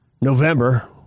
November